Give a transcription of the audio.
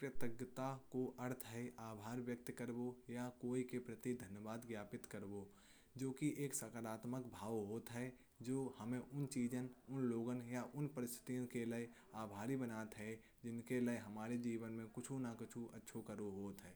कृतज्ञता का अर्थ है आभार व्यक्त करना या किसी के प्रति धन्यवाद ज्ञापित करना। जो कि एक सकारात्मक भावना होती है जो हमें उन चीज़ों। उन लोगों या उन परिस्थितियों के लिए आभारी बनाती है। जिनके लिए हमारे जीवन में कुछ न कुछ अच्छा होता है।